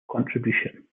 contribution